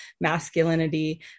masculinity